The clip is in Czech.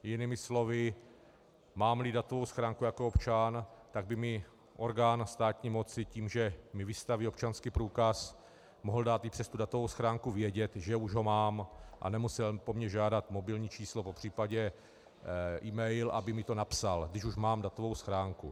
Jinými slovy, mámli datovou schránku jako občan, tak by mi orgán státní moci tím, že mi vystaví občanský průkaz, mohl dát i přes tu datovou schránku vědět, že už ho mám, a nemusel po mně žádat mobilní číslo, popř. email, aby mi to napsal, když už mám datovou schránku.